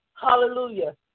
Hallelujah